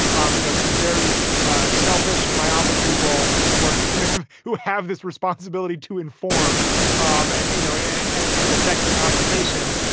um you know, it's these very selfish, myopic people who are kind of who have this responsibility to inform um and, you know, and and affect the conversation.